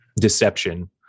deception